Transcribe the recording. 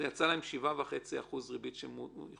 זה יצא 7.5% ריבית.